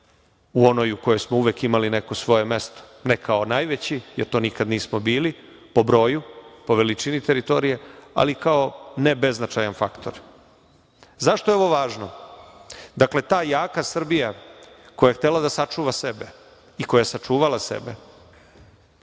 u onoj u kojoj smo uvek imali neko svoje mesto, ne kao najveći, jer to nikad nismo bili po broju, po veličini teritorije, ali kao ne beznačajan faktor.Zašto je ovo važno? Dakle, ta jaka Srbija koja je htela da sačuva sebe i koja je sačuvala sebe,